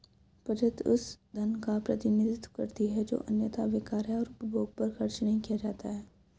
बचत उस धन का प्रतिनिधित्व करती है जो अन्यथा बेकार है और उपभोग पर खर्च नहीं किया जाता है